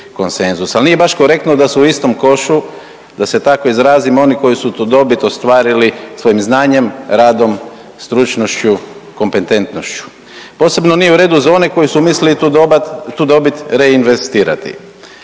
ali nije baš korektno da su u istom košu da se tako izrazim oni koju su tu dobi ostvarili svojim znanjem, radom, stručnošću, kompetentnošću. Posebno nije u redu za one koji su mislili tu dobit reinvestirati